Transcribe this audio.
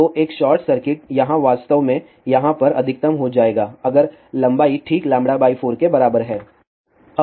तो एक short circuit यहाँ वास्तव में यहाँ पर अधिकतम हो जाएगा अगर लंबाई ठीक λ 4 केबराबर है